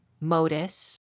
Modus